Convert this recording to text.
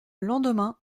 lendemain